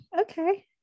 okay